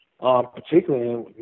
particularly